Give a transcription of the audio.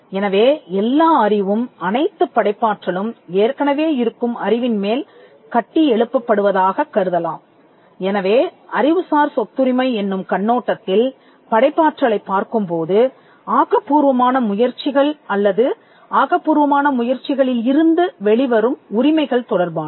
எனவே எல்லா அறிவும் அனைத்து படைப்பாற்றலும் ஏற்கனவே இருக்கும் அறிவின் மேல் கட்டியெழுப்பப் படுவதாக கருதலாம் எனவே அறிவுசார் சொத்துரிமை என்னும் கண்ணோட்டத்தில் படைப்பாற்றலைப் பார்க்கும்போது ஆக்கபூர்வமான முயற்சிகள் அல்லது ஆக்கபூர்வமான முயற்சிகளில் இருந்து வெளிவரும் உரிமைகள் தொடர்பானது